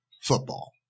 football